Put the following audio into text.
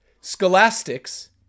scholastics